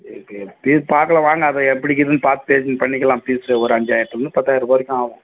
பார்க்கலாம் வாங்க அது எப்படி இருக்குதுனு பார்த்து இது பண்ணிக்கலாம் ஃபீஸ்ஸு ஒரு அஞ்சாயிரத்துலருந்து பத்தாயிரரூபா வரைக்கும் ஆகும்